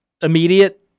immediate